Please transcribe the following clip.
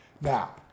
now